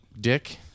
Dick